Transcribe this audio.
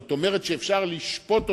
זאת אומרת שאפשר לשפוט אותה.